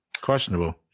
Questionable